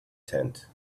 tent